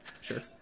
sure